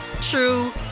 true